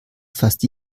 fast